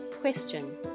Question